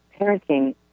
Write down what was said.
parenting